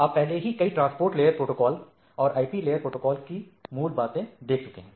आप पहले ही कई ट्रांसपोर्ट लेयर प्रोटोकॉल और आईपी लेयर प्रोटोकॉल की मूल बातें देख चुके हैं